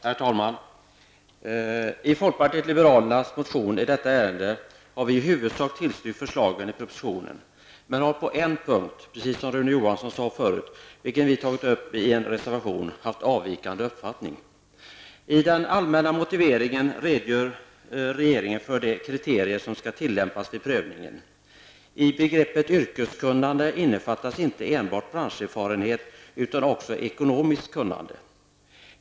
Herr talman! I folkpartiet liberalernas motion i detta ärende har vi i huvudsak tillstyrkt förslagen i propositionen, men vi har på en punkt, som Rune Johansson tidigare nämnde, haft avvikande uppfattning, vilket vi tagit upp i en reservation. I den allmänna motiveringen redogör regeringen för de kriterier som skall tillämpas vid prövningen. I begreppet yrkeskunnande innefattas inte enbart branscherfarenhet utan också ''ekonomiskt kunnande''.